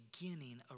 beginning